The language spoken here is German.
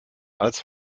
als